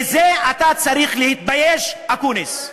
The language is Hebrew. בזה אתה צריך להתבייש, אקוניס.